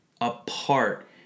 apart